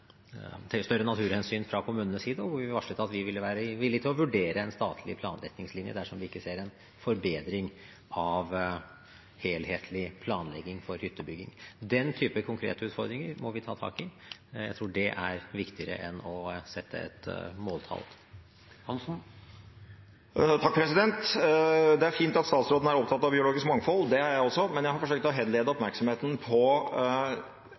større naturhensyn fra kommunenes side, og hvor vi varslet at vi ville være villig til å vurdere en statlig planretningslinje dersom vi ikke ser en forbedring i helhetlig planlegging for hyttebygging. Den typen konkrete utfordringer må vi ta tak i. Jeg tror det er viktigere enn å sette et måltall. Det er fint at statsråden er opptatt av biologisk mangfold. Det er jeg også, men jeg har forsøkt å henlede oppmerksomheten på